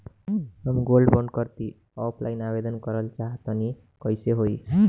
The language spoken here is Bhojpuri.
हम गोल्ड बोंड करंति ऑफलाइन आवेदन करल चाह तनि कइसे होई?